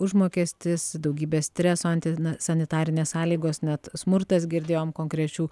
užmokestis daugybė streso anti na sanitarinės sąlygos net smurtas girdėjom konkrečių